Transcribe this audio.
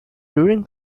during